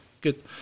Good